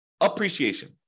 appreciation